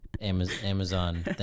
amazon